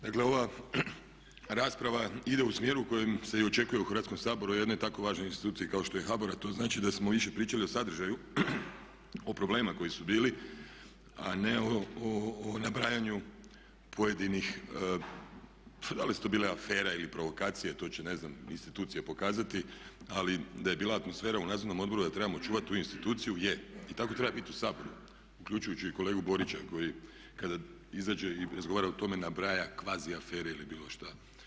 Dakle ova rasprava ide u smjeru u kojem se i očekuje u Hrvatskom saboru o jednoj tako važnoj instituciji kao što je HBOR a to znači da smo više pričali o sadržaju, o problemima koji su bili a ne o nabrajanju pojedinih da li su to bile afere ili provokacije, to će ne znam institucije pokazati ali da je bila atmosfera u nadzornom odboru, da trebamo čuvati tu instituciju je, i tako treba biti u Saboru uključujući i kolegu Borića koji kada izađe i razgovara o tome nabraja kvazi afere ili bilo šta.